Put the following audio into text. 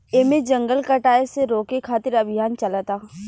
एमे जंगल कटाये से रोके खातिर अभियान चलता